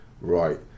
right